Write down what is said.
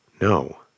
no